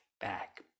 back